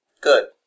Good